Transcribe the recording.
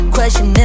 Question